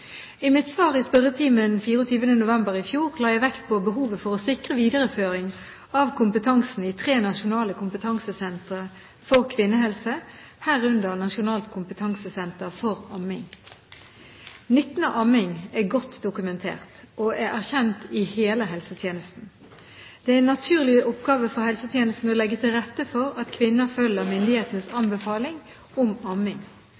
I mitt svar i spørretimen 24. november i fjor la jeg vekt på behovet for å sikre videreføring av kompetansen i tre nasjonale kompetansesentre for kvinnehelse – herunder Nasjonalt kompetansesenter for amming. Nytten av amming er godt dokumentert, og er erkjent i hele helsetjenesten. Det er en naturlig oppgave for helsetjenesten å legge til rette for at kvinner følger myndighetenes